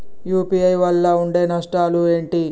UPI వల్ల ఉండే నష్టాలు ఏంటి??